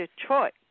Detroit